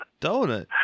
Donut